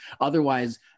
otherwise